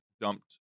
dumped